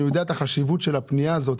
שאני יודע את החשיבות של הפנייה הזאת,